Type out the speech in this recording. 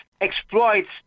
exploits